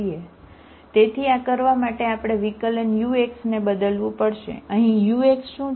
તેથી આ કરવા માટે આપણે વિકલન ux ને બદલવું પડશે અહીં ux શું છે